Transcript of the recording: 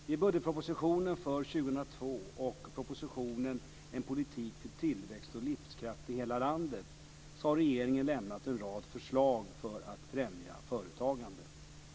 I budgetpropositionen för 2002 och i propositionen En politik för tillväxt och livskraft i hela landet har regeringen lämnat en rad förslag för att främja företagande.